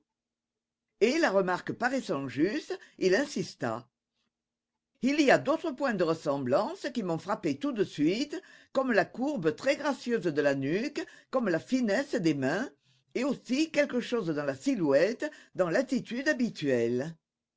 et la remarque paraissant juste il insista il y a d'autres points de ressemblance qui m'ont frappé tout de suite comme la courbe très gracieuse de la nuque comme la finesse des mains et aussi quelque chose dans la silhouette dans l'attitude habituelle